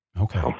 Okay